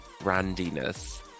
brandiness